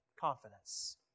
confidence